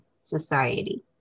society